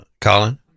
Colin